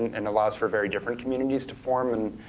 and allows for very different communities to form and